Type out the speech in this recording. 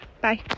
Bye